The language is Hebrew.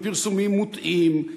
עם פרסומים מוטעים,